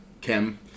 Kim